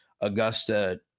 augusta